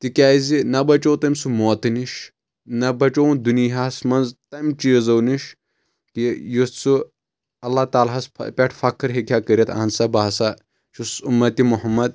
تِکیاز نہ بچوو تٔمۍ سُہ موتہٕ نِش نہ بچٲوُن دُنۍیا ہس منٛز تمہِ چیٖزو نِش یہِ یُتھ سُہ اللہ تعالیٰ ہس پٮ۪ٹھ فخر ہیٚکِ ہا کٔرِتھ کہِ اہن سا بہ سا چھُس اُمتہِ محمد